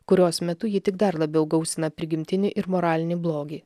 kurios metu ji tik dar labiau gausina prigimtinį ir moralinį blogį